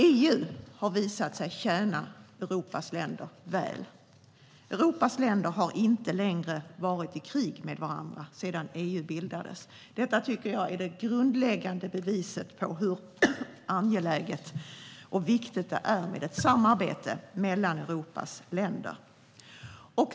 EU har visat sig tjäna Europas länder väl. Europas länder har inte varit i krig med varandra sedan EU bildades. Detta tycker jag är det grundläggande beviset för hur angeläget och viktigt det är med ett samarbete mellan Europas länder.